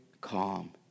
calm